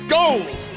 Gold